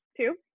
two